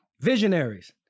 Visionaries